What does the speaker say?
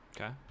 Okay